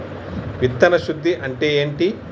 విత్తన శుద్ధి అంటే ఏంటి?